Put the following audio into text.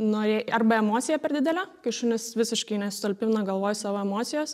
nori arba emocija per didelė kai šunys visiškai nesutalpina galvoj savo emocijos